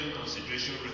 consideration